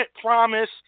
promise